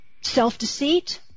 Self-deceit